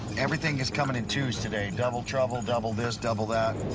everything is coming in twos today. double trouble. double this. double that.